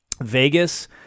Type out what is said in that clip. Vegas